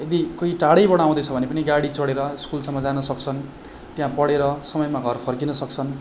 यदि कोही टाढैबाट आउँदैछ भने पनि गाडी चढेर स्कुलसम्म जान सक्छन् त्यहाँ पढेर समयमा घर फर्किन सक्छन्